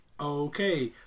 Okay